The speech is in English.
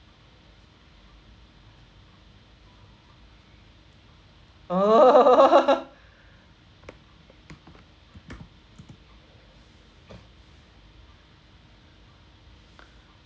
oh